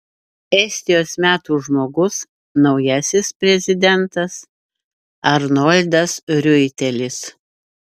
estijos metų žmogus naujasis prezidentas arnoldas riuitelis